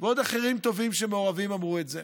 ועוד אחרים טובים שמעורבים אמרו את זה.